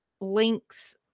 links